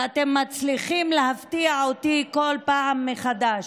ואתם מצליחים להפתיע אותי כל פעם מחדש,